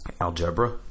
Algebra